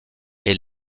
est